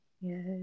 Yes